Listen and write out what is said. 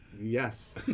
yes